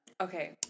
Okay